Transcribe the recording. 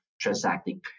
transacting